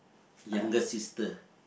youngest sister